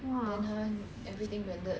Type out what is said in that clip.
!wah!